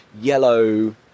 yellow